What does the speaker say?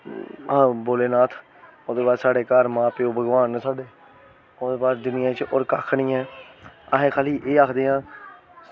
भोलेनाथ ते अग्गें घर साढ़े मां प्योऽ न भगवान साढ़े ओह्दे बाद होर दुनिया च कक्ख निं ऐ अस खाल्ली एह् आक्खदे आं